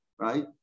right